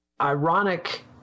ironic